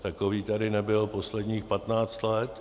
Takový tady nebyl posledních 15 let.